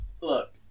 look